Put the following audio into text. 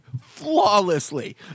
flawlessly